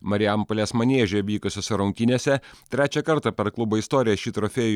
marijampolės manieže vykusiose rungtynėse trečią kartą per klubo istoriją šį trofėjų